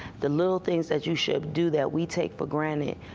the little things that you should do that we take for granted